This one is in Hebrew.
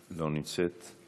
לא נמצאת.